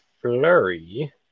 flurry